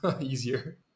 easier